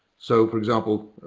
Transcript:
so for example,